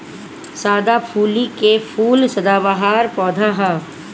सदाफुली के फूल सदाबहार पौधा ह